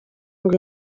ngo